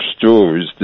stories